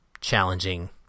challenging